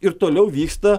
ir toliau vyksta